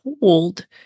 told